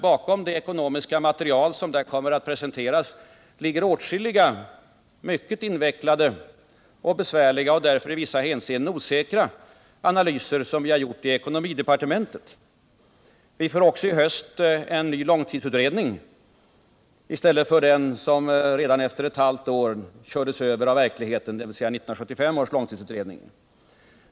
Bakom det ekonomiska material som där kommer att presenteras ligger åtskilliga mycket invecklade och besvärliga och därför i vissa hänseenden osäkra analyser som vi har gjort i ekonomidepartementet. Vi får också i höst en ny långtidsutredning i stället för den som redan efter ett halvt år kördes över av verkligheten, dvs. 1975 års långtidsutredning.